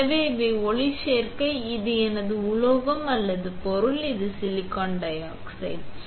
எனவே இவை ஒளிச்சேர்க்கை இது எனது உலோகம் அல்லது பொருள் இது சிலிக்கான் டை ஆக்சைடு